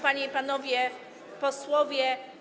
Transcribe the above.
Panie i Panowie Posłowie!